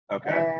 Okay